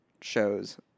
shows